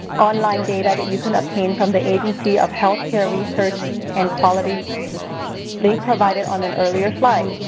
online data that you can obtain from the agency of healthcare research and quality we provided on an earlier slide.